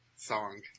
song